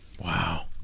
wow